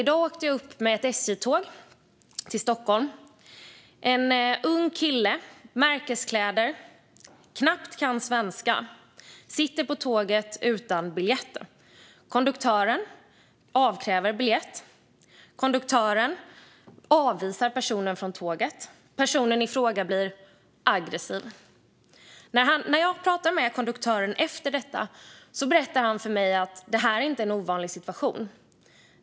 I dag åkte jag upp till Stockholm med ett SJ-tåg. En ung kille i märkeskläder som knappt kan svenska sitter på tåget utan biljett. Konduktören avkräver personen biljett. Konduktören avvisar personen från tåget. Personen blir aggressiv. När jag pratar med konduktören efter detta berättar han för mig att det här inte är en ovanlig situation.